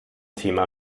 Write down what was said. thema